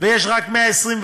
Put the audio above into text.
ויש רק 124,